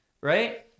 right